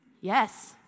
Yes